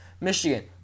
Michigan